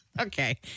Okay